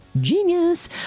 Genius